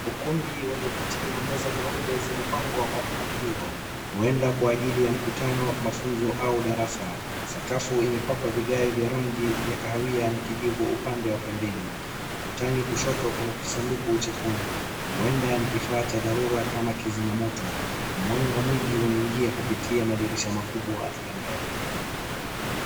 ukumbi wenye viti na meza nyeupe zimepangwa kwa mpangilio huenda kwa ajili ya mkutano ,mafunzo au darasa ,sakafu imepakwa vigae vya rangi ya kahawia na kijivu upande wa pembeni ukutani kushoto kuna kisanduku chekundu ,huenda ni kifaa cha dharura kama kizimamoto. Mwanga mwingi uaningia kupitia madirisha makubwa ya mbele